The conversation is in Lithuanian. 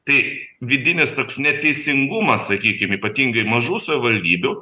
tai vidinis toks neteisingumas sakykim ypatingai mažų savivaldybių